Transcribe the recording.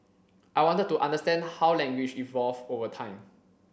I wanted to understand how language evolved over time